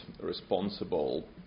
responsible